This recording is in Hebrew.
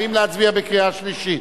האם להצביע בקריאה שלישית?